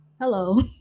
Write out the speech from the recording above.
hello